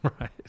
Right